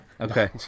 okay